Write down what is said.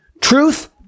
truth